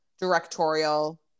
directorial